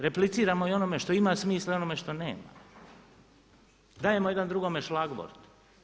Repliciramo i onome što ima smisla i onome što nema, dajemo jedan drugome šlagvort.